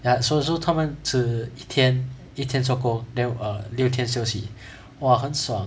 ya so so 他们只一天一天做工 then err 六天休息 !wah! 很爽